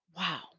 Wow